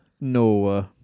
No